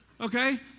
okay